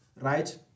right